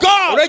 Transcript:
God